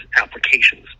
applications